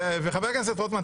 וחבר הכנסת רוטמן,